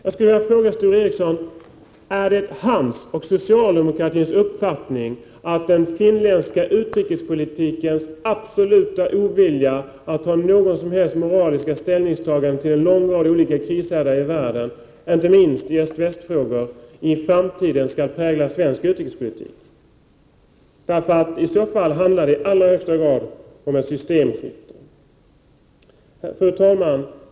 Jag undrar om det är Sture Ericsons och de övriga socialdemokraternas uppfattning att den absoluta ovilja att ta någon som helst moralisk ställning till en lång rad krishärdar i världen, inte minst i öÖst-väst-frågor, som präglar den finländska utrikespolitiken skall prägla även svensk utrikespolitik även i framtiden. I så fall handlar det i allra högsta grad om ett systemskifte. Fru talman!